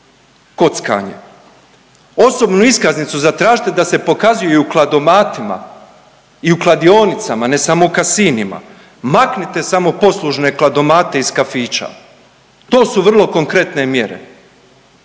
kockanje. Osobnu iskaznicu zatražite da se pokazuje i u kladomatima i u kladionicama, ne samo u kasinima. Maknite samoposlužne kladomate iz kafića. To su vrlo konkretne mjere.